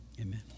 Amen